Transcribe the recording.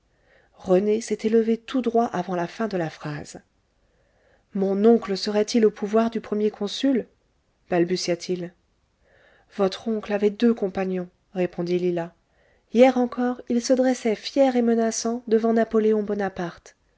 rené s'était levé tout droit avant la fin de la phrase mon oncle serait-il au pouvoir du premier consul balbutia-t-il votre oncle avait deux compagnons répondit lila hier encore il se dressait fier et menaçant devant napoléon bonaparte